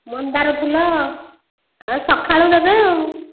ମନ୍ଦାର ଫୁଲ ଆଉ ସକାଳୁ ଦେବେ ଆଉ